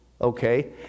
okay